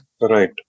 Right